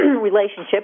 relationship